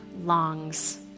longs